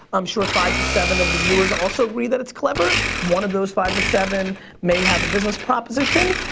i'm sure five to seven of the viewers also agree that it's clever. one of those five to seven may have a business proposition.